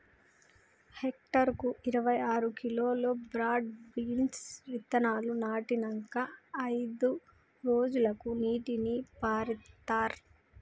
hectare కు ఇరవై ఆరు కిలోలు బ్రాడ్ బీన్స్ విత్తనాలు నాటినంకా అయిదు రోజులకు నీటిని పారిత్తార్